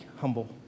humble